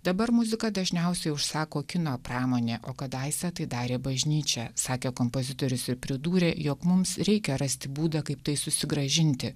dabar muziką dažniausiai užsako kino pramonė o kadaise tai darė bažnyčia sakė kompozitorius ir pridūrė jog mums reikia rasti būdą kaip tai susigrąžinti